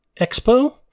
Expo